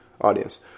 Audience